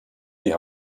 die